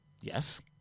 Yes